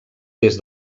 des